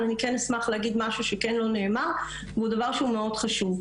אבל כן אשמח להגיד משהו שכאן לא נאמר והוא דבר שהוא חשוב,